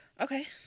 Okay